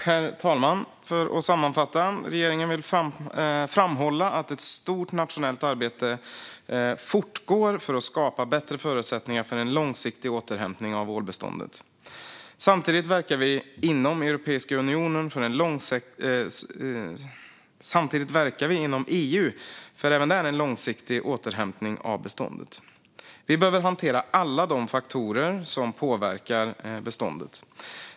Herr talman! Jag ska sammanfatta detta. Regeringen vill framhålla att ett stort nationellt arbete fortgår för att skapa bättre förutsättningar för en långsiktig återhämtning av ålbeståndet. Samtidigt verkar vi inom EU för en långsiktig återhämtning av beståndet även där. Vi behöver hantera alla de faktorer som påverkar beståndet.